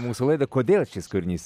mūsų laidą kodėl šis kūrinys